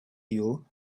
you